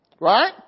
Right